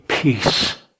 Peace